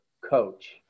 coach